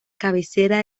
cabecera